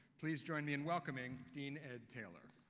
please join me in welcoming dean ed taylor.